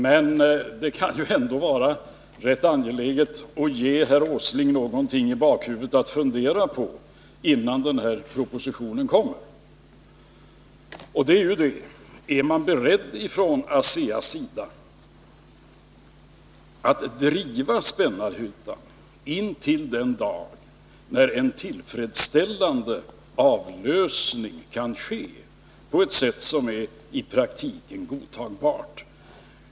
Men det kan ju ändå vara rätt angeläget att ge herr Åsling någonting i bakhuvudet att fundera på innan den här propositionen kommer, och det är detta: Är man från ASEA:s sida beredd att driva Spännarhyttan intill den dag då en tillfredsställande avlösning kan ske på ett sätt som är i praktiken godtagbart?